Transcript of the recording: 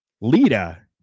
Lita